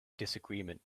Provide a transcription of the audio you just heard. disagreement